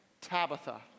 Tabitha